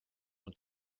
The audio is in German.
und